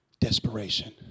Desperation